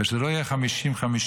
ושזה לא יהיה 50-50,